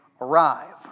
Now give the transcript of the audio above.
arrive